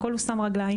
הכל הוא שם רגליים.